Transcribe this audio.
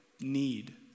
need